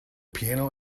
piano